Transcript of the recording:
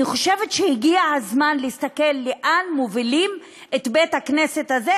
אני חושבת שהגיע הזמן להסתכל לאן מובילים את בית הכנסת הזה,